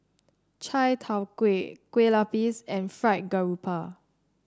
Chai Tow Kuay Kueh Lapis and Fried Garoupa